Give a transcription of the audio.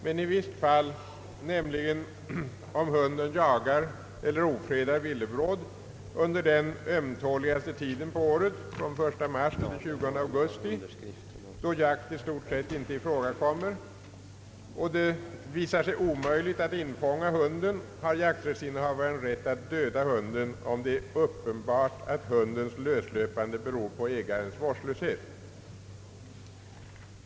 Men i visst fall — nämligen om hunden jagar eller ofredar villebråd under den ömtåligaste tiden på året, från den 1 mars till den 20 augusti, då jakt i stort sett inte ifrågakommer, och det visar sig omöjligt att infånga hunden — har jakträttsinnehavaren rätt att döda hunden om det är uppenbart att hundens löslöpande beror på ägarens vårdslöshet.